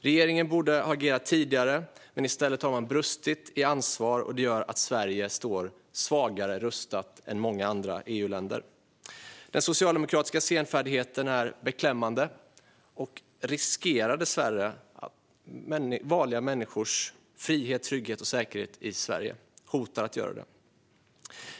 Regeringen borde ha agerat tidigare, men i stället har man brustit i ansvar, och det gör att Sverige står svagare rustat än många andra EU-länder. Den socialdemokratiska senfärdigheten är beklämmande och hotar dessvärre att riskera vanliga människors frihet, trygghet och säkerhet i Sverige.